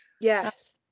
Yes